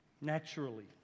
Naturally